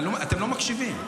אתם לא מקשיבים.